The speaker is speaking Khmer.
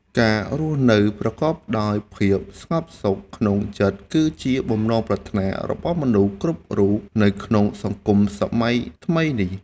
ការរស់នៅប្រកបដោយភាពស្ងប់សុខក្នុងចិត្តគឺជាបំណងប្រាថ្នារបស់មនុស្សគ្រប់រូបនៅក្នុងសង្គមសម័យថ្មីនេះ។